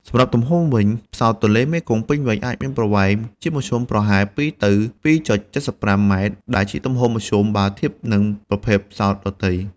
សម្រាប់់ទំហំវិញ ផ្សោតទន្លេមេគង្គពេញវ័យអាចមានប្រវែងជាមធ្យមពី ២ ទៅ ២.៧៥ ម៉ែត្រ ដែលជាទំហំមធ្យមបើធៀបនឹងប្រភេទផ្សោតដទៃ។